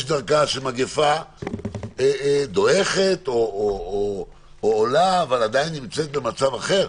יש דרגה שהמגיפה דועכת או עולה אבל עדיין נמצאת במצב אחר.